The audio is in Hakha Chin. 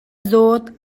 zawt